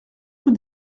rue